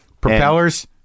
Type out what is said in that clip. Propellers